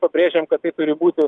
pabrėžiam kad tai turi būti